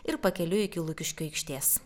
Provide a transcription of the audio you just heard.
ir pakeliui iki lukiškių aikštės